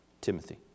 Timothy